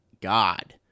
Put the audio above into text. God